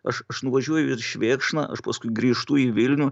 aš aš nuvažiuoju į švėkšną aš paskui grįžtu į vilnių